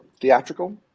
theatrical